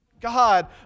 God